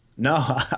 No